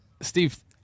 Steve